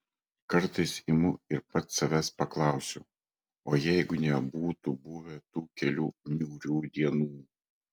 kartais imu ir pats savęs paklausiu o jeigu nebūtų buvę tų kelių niūrių dienų